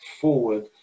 forward